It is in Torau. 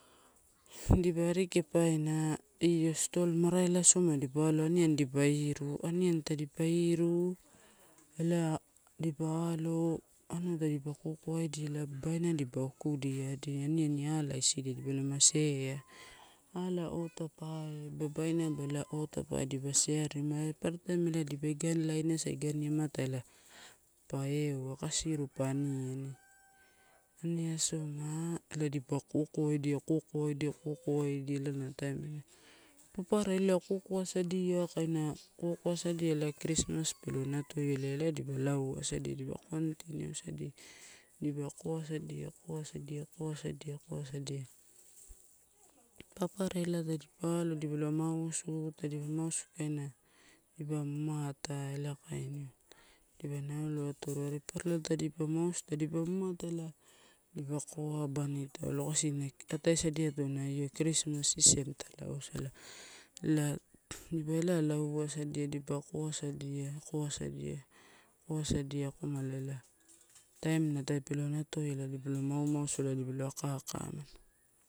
Dipa ari kepaina io stol mara ela soma dipa aloa aniani dipa iru, aniani tadipa iru ela dipa alo. Anua tadipa kokoawa edia ela babain adia dipa okudia adi aniani alo isidia dipalama share. Ala ota pae are babainaba otapae dipa shareimua re papara taim ela dipa igani lineniasa igani amata ela euwa kasiri pa aniani. Ani asoma ela dipa kokoa edia kaina kokoasadia ela kristmas pelo natodia ela, ela dipa lauwasadia dipa continusadia. Dipa koasadia, koasadia, koasadia. papara ela tadipa aloa dipa lo mausu. Tadipa mausu kaina dipa mamata ela kainiua, dipa naolo atoro are papara ela nalo tadipa mausu, tadipa mamata ela dipa koa abani tau lo kasina atasadiato kristmas eason ta lau salato ela, dipa ela lau wasadia dipa koasadia, koasadia koasadia akomala taim papelo natoia dipalo aka manu.